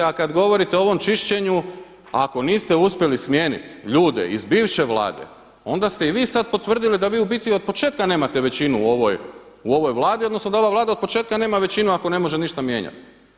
A kada govorite o ovom čišćenju, ako niste uspjeli smijeniti ljude iz bivše vlade onda ste i vi sada potvrdili da vi u biti od početka nemate većinu u ovoj Vladi odnosno da ova Vlada nema od početka većinu ako ne može ništa mijenjati.